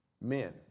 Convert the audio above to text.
Men